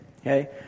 okay